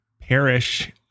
perish